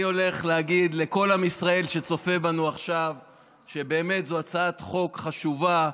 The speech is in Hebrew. אני הולך להגיד לכל עם ישראל שצופה בנו עכשיו שזו הצעת חוק חשובה,